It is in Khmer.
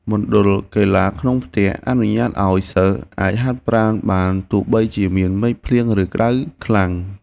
មណ្ឌលកីឡាក្នុងផ្ទះអនុញ្ញាតឱ្យសិស្សអាចហាត់ប្រាណបានទោះបីជាមានមេឃភ្លៀងឬក្តៅខ្លាំង។